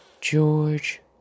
George